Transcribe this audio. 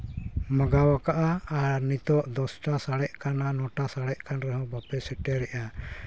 ᱢᱟᱸᱜᱟᱣ ᱠᱟᱜᱼᱟ ᱟᱨ ᱱᱤᱛᱚᱜ ᱫᱚᱥᱴᱟ ᱥᱟᱲᱮᱜ ᱠᱟᱱᱟ ᱫᱚᱥᱴᱟ ᱥᱟᱲᱮᱜ ᱠᱟᱱ ᱨᱮᱦᱚᱸ ᱵᱟᱯᱮ ᱥᱮᱴᱮᱨᱮᱜᱼᱟ